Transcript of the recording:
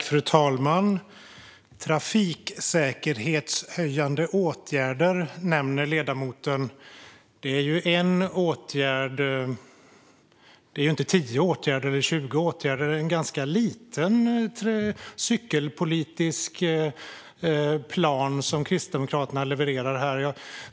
Fru talman! Trafiksäkerhetshöjande åtgärder, nämner ledamoten. Det är en åtgärd. Det är inte tio åtgärder eller tjugo åtgärder. Det är en ganska liten cykelpolitisk plan som Kristdemokraterna här levererar.